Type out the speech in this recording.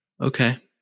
Okay